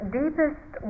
deepest